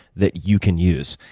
that you can use.